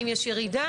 האם יש ירידה?